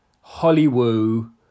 Hollywood